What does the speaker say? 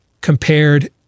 compared